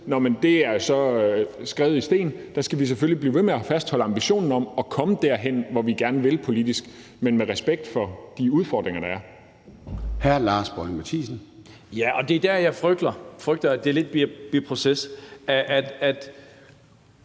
så siger, er hugget i sten; der skal vi selvfølgelig blive ved med at fastholde ambitionen om at komme derhen, hvor vi gerne vil politisk, men med respekt for de udfordringer, der er.